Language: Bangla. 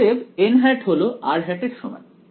অতএব হল এর সমান